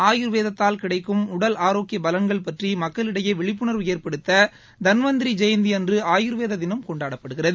ஆயுா்வேதத்தால் கிடைக்கும் உடல் ஆரோக்கிய பலன்கள் பற்றி மக்களிடையே விழிப்புணா்வு ஏற்படுத்த தன்வந்த்ரி ஜெயந்தி அன்று ஆயூர்வேத தினம் கொண்டாடப்படுகிறது